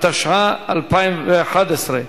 התשע"א 2011,